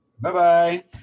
bye-bye